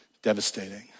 Devastating